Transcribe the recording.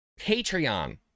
Patreon